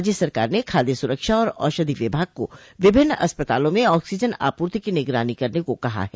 राज्य सरकार ने खाद्य सुरक्षा और औषधो विभाग को विभिन्न अस्पतालों में ऑक्सोजन आपूर्ति की निगरानी करने को कहा है